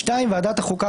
ועדת החוקה,